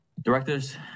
Directors